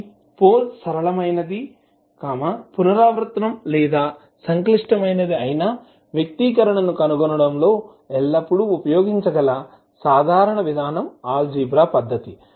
కాబట్టి పోల్ సరళమైనది పునరావృతం లేదా సంక్లిష్టమైనది అయినా వ్యక్తీకరణను కనుగొనడంలో ఎల్లప్పుడూ ఉపయోగించగల సాధారణ విధానం ఆల్జీబ్రా పద్ధతి